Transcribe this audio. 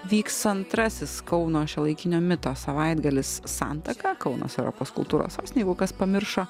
vyks antrasis kauno šiuolaikinio mito savaitgalis santaka kaunas europos kultūros jeigu kas pamiršo